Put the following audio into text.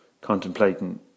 Contemplating